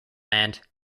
land